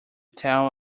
tale